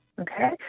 Okay